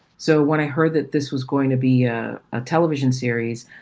so when i heard that this was going to be a ah television series,